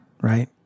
right